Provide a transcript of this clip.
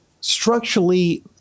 structurally